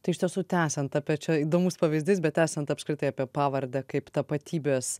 tai iš tiesų tęsiant apie čia įdomus pavyzdys bet esant apskritai apie pavardę kaip tapatybės